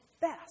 best